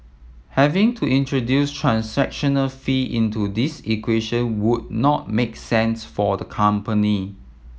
having to introduce transaction fee into this equation would not make sense for the company